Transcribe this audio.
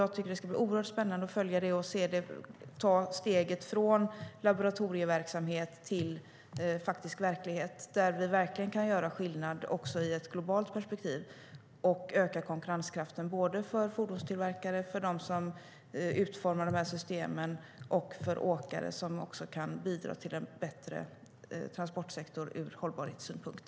Jag tycker att det ska bli oerhört spännande att följa när man tar steget från laboratorieverksamhet till faktisk verklighet, där vi verkligen kan göra skillnad också i ett globalt perspektiv och öka konkurrenskraften för fordonstillverkare, för dem som utformar dessa system och för åkare som också kan bidra till en bättre transportsektor ur hållbarhetssynpunkt.